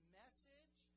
message